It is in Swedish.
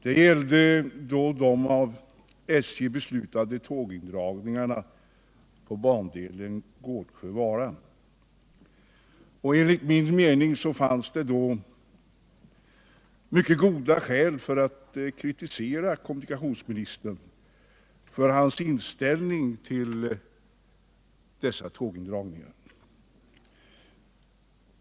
Det gällde de av SJ beslutade tågindragningarna på bandelen Gårdsjö-Vara. Enligt min mening fanns det då mycket goda skäl för att kritisera kommunikationsministern för hans inställning till dessa tågindragningar.